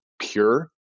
pure